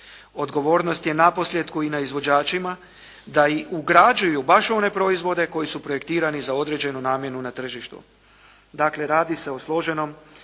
Odgovornost je naposljetku i na izvođačima da i ugrađuju baš one proizvode koji su projektirani za određenu namjenu na tržištu.